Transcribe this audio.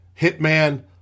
Hitman